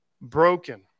broken